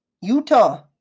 Utah